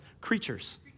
Creatures